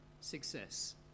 success